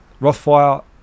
Rothfire